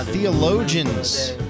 Theologians